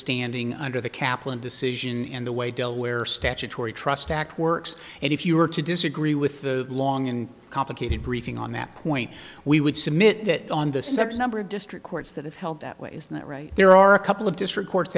standing under the kaplan decision in the way delaware statutory trust act works and if you were to disagree with the long and complicated briefing on that point we would submit that on the sets a number of district courts that have held that ways that right there are a couple of district cour